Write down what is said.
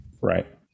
right